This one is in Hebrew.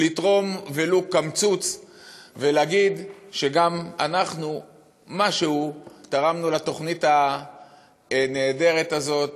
לתרום ולו קמצוץ ולהגיד שגם אנחנו תרמנו משהו לתוכנית הנהדרת הזאת.